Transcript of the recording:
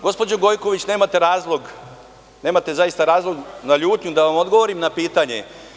Gospođo Gojković, nemate razlog, nemate zaista razlog na ljutnju, ali da vam odgovorim na pitanje.